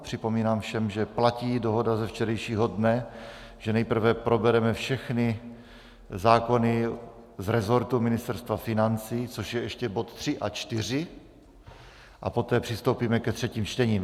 Připomínám všem, že platí dohoda ze včerejšího dne, že nejprve probereme všechny zákony z resortu Ministerstva financí, což je ještě bod 3 a 4, a poté přistoupíme ke třetím čtením.